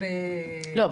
לא,